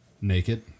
naked